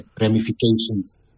ramifications